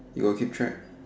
you got keep track